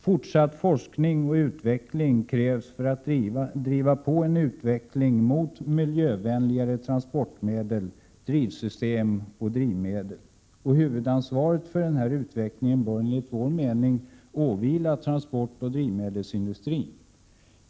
Fortsatt forskning och utveckling krävs för att driva på en utveckling mot miljövänligare transportmedel, drivsystem och drivmedel. Huvudansvaret för denna utveckling bör enligt vår mening åvila transportoch drivmedelsindustrin.